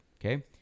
Okay